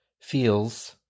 feels